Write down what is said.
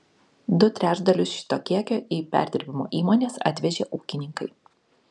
du trečdalius šito kiekio į perdirbimo įmones atvežė ūkininkai